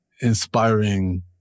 inspiring